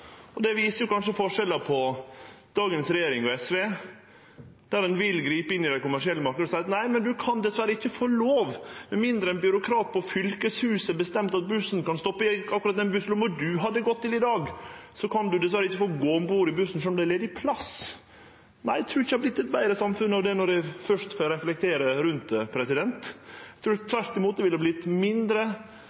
Det viser kanskje forskjellen på dagens regjering og SV, som vil gripe inn i den kommersielle marknaden og seie: Nei, du kan dessverre ikkje få lov – med mindre ein byråkrat på fylkeshuset har bestemt at bussen kan stoppe i akkurat den busslomma du hadde gått til i dag, kan du dessverre ikkje få gå om bord i bussen sjølv om det er ledig plass. Nei, eg trur ikkje – når eg først får reflektere rundt det – at det hadde vorte eit betre samfunn av det. Eg trur tvert imot at det ville vorte mindre